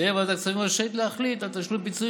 תהיה ועדת הכספים רשאית להחליט על תשלום פיצויי